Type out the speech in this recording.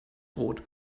brot